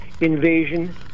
invasion